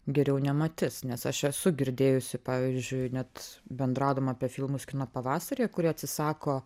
geriau nematys nes aš esu girdėjusi pavyzdžiui net bendraudama apie filmus kino pavasary kurie atsisako